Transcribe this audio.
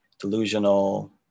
delusional